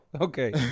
Okay